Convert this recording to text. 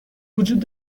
وجود